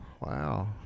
Wow